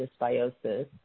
dysbiosis